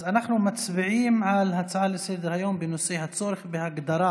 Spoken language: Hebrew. אנחנו מצביעים על הצעה לסדר-היום בנושא: הצורך בהגדרה